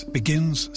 begins